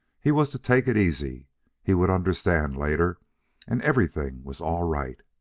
he was to take it easy he would understand later and everything was all right.